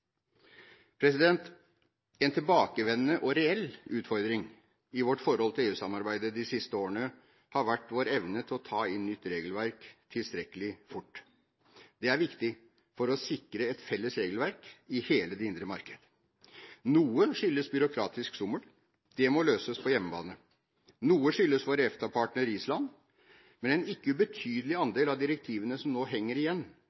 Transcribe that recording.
En tilbakevendende og reell utfordring i vårt forhold til EU-samarbeidet de siste årene har vært vår evne til å ta inn nytt regelverk tilstrekkelig fort. Det er viktig for å sikre et felles regelverk i hele det indre marked. Noe skyldes byråkratisk sommel. Det må løses på hjemmebane. Noe skyldes vår EFTA-partner Island. Men en ikke ubetydelig andel av direktivene som nå henger igjen,